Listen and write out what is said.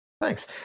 Thanks